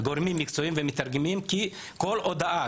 כי כל הודעה,